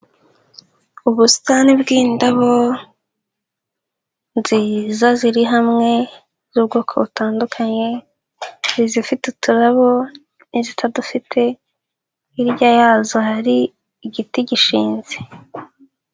Ubusitani bw'indabo nziza ziri hamwe, z'ubwoko butandukanye, izifite uturabo n'izitadufite, hirya yazo hari igiti gishinze.